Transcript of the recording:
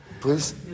Please